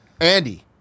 Andy